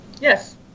Yes